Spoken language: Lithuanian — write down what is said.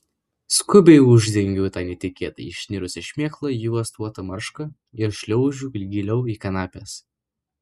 skubiai uždengiu tą netikėtai išnirusią šmėklą juostuota marška ir šliaužiu giliau į kanapes